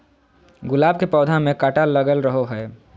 गुलाब के पौधा में काटा लगल रहो हय